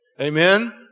Amen